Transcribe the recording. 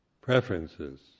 preferences